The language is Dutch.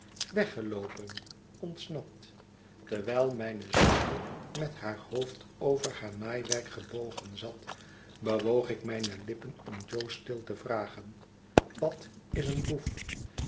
weggeloopen ontsnapt terwijl mijne zuster met haar hoofd over haar naaiwerk gebogen zat bewoog ik mijne lippen om jo stil te vragen wat is een boef